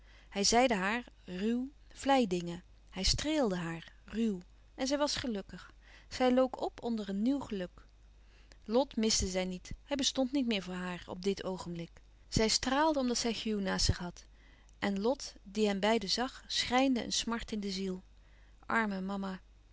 hij zeide haar ruw vleidingen hij streelde haar ruw en zij was gelukkig zij look op onder een nieuw geluk lot miste zij niet hij bestond niet meer voor haar op dit oogenblik zij straàlde omdat zij hugh naast zich had en lot die hen beiden zag schrijnde een smart in de ziel arme mama